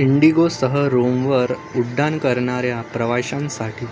इंडिगोसह रोमवर उड्डाण करणाऱ्या प्रवाशांसाठी